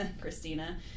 Christina